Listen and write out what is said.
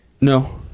No